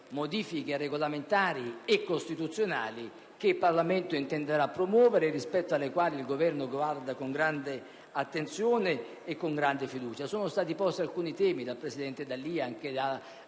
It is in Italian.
modifiche regolamentari e costituzionali che il Parlamento intenderà promuovere e alle quali il Governo guarda con grande attenzione e fiducia. Sono stati posti alcuni temi dal presidente D'Alia e da